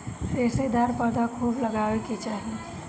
रेशेदार पौधा खूब लगावे के चाही